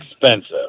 expensive